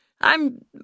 I'm